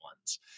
ones